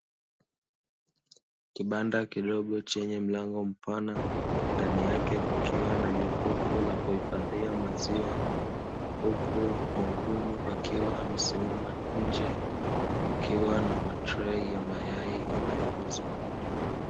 Kibanda kidogo chenye mlango mpana, ndani yake kukiwa na jakofu la kuhifadhia maziwa, huku wahudumu wakiwa wamesimama nje, wakiwa na matrei ya mayai yanayouzwa.